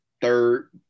third